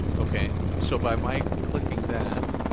okay, so by my clicking that.